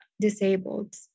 disabled